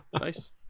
Nice